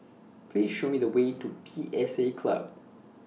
Please Show Me The Way to P S A Club